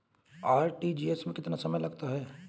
RTGS में कितना समय लगता है?